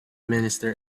minister